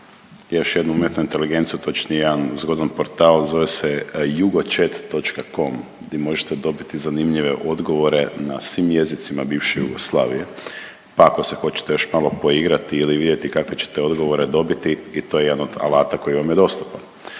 još jednu umjetnu inteligenciju točnije jedan zgodan portal zove se jugochat.com di možete dobiti zanimljive odgovore na svim jezicima bivše Jugoslavije, pa ako se hoćete još malo poigrati ili vidjeti kakve ćete odgovore dobiti i to je jedan od alata koji vam je dostupan.